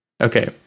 Okay